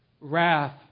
wrath